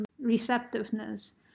receptiveness